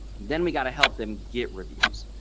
then we got to help them get reviews.